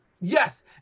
Yes